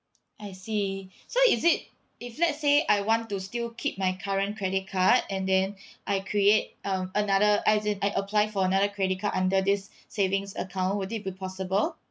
I see so is it if let's say I want to still keep my current credit card and then I create um another as in I apply for another credit card under this savings account would it be possible